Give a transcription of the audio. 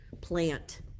plant